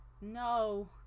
no